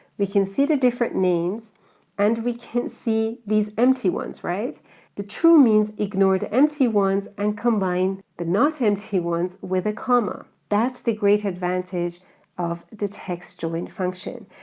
we can see the different names and we can see these empty ones. the true means ignore the empty ones and combine the not empty ones with a comma. that's the great advantage of the textjoin function.